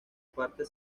parte